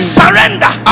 surrender